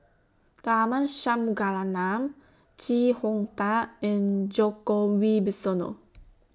Tharman Shanmugaratnam Chee Hong Tat and Djoko Wibisono